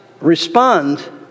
respond